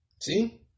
See